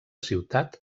ciutat